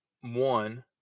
one